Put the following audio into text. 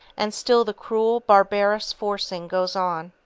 and still the cruel, barbarous forcing goes on.